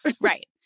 Right